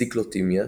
ציקלותימיה,